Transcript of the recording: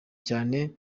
cyane